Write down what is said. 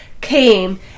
came